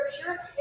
scripture